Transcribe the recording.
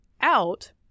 out